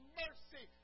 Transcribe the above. mercy